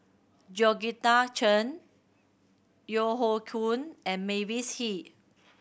Georgette Chen Yeo Hoe Koon and Mavis Hee